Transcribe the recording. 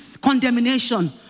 condemnation